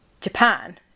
Japan